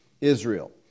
Israel